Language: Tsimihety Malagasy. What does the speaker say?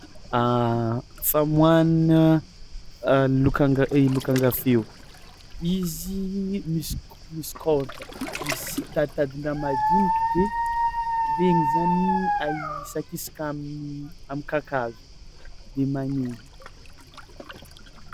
Famoahana lokanga i lokanga feo: izy misy k- misy corde misy taditadin-draha madiniky de regny zany ahisakisaka amin'ny am'kakazo de magneno.